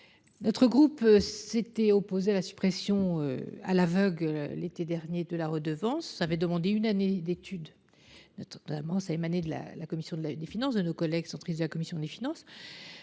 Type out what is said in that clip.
Notre groupe s'était opposé à la suppression à l'aveugle, l'été dernier de la redevance avait demandé une année d'études notamment ça émané de la, la commission de la des finances de nos collègues centriste de la commission des finances.